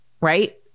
right